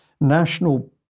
National